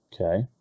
Okay